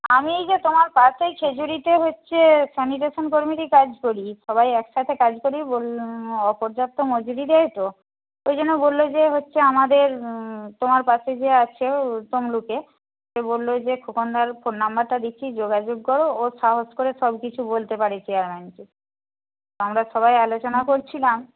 আমি এই যে তোমার পাশেই খেজুরিতে হচ্ছে স্যানিটেশন কর্মীরই কাজ করি সবাই এক সাথে কাজ করি বললো অপর্যাপ্ত মজুরি দেয় তো ওই জন্য বললো যে হচ্ছে আমাদের তোমার পাশে যে আছে তমলুকে সে বললো যে খোকনদার ফোন নম্বরটা দিচ্ছি যোগাযোগ কর ও সাহস করে সব কিছু বলতে পারে চেয়ারম্যানকে তা আমরা সবাই আলোচনা করছিলাম